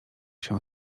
się